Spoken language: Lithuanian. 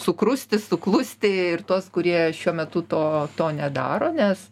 sukrusti suklusti ir tuos kurie šiuo metu to to nedaro nes